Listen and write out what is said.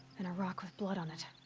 and a rock with blood on it.